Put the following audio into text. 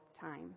time